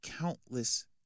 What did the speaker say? countless